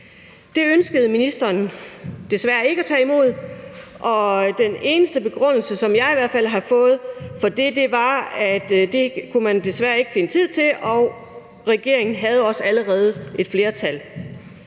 Det ønskede ministeren desværre ikke at tage imod, og den eneste begrundelse, som jeg i hvert fald har fået for det, var, at det kunne man desværre ikke finde tid til, og regeringen havde også allerede et flertal.